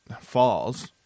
falls